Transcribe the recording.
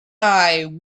eye